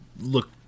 look